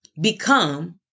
become